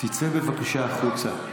תצא בבקשה החוצה.